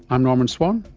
i'm norman swan,